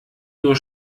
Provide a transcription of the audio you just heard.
nur